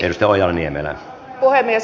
arvoisa herra puhemies